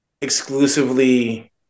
exclusively